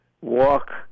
walk